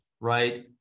right